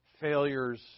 failures